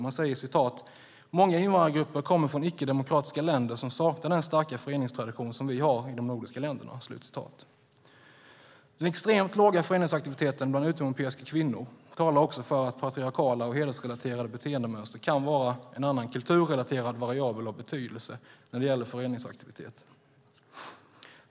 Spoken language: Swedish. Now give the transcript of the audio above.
Man säger: "Många invandrargrupper kommer från icke demokratiska länder som saknar den starka föreningstraditionen vi har i till exempel de nordiska länderna." Den extremt låga föreningsaktiviteten bland utomeuropeiska kvinnor talar också för att patriarkala och hedersrelaterade beteendemönster kan vara en annan kulturrelaterad variabel av betydelse när det gäller föreningsaktivitet.